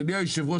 אדוני היו"ר,